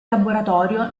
laboratorio